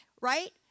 right